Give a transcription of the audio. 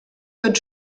tot